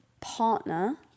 partner